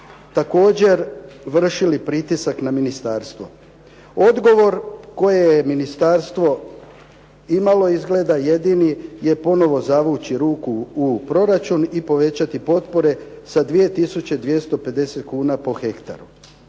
također vršili pritisak na ministarstvo. Odgovor koje je ministarstvo imalo izgleda jedini je ponovo zavući ruku u proračun u povećati potpore sa 2250 kuna po hektaru.